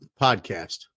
Podcast